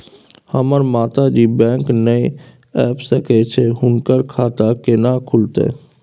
हमर माता जी बैंक नय ऐब सकै छै हुनकर खाता केना खूलतै?